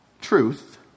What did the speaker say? truth